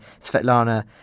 Svetlana